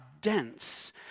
dense